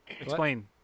Explain